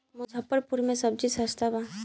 मुजफ्फरपुर में सबजी सस्ता बा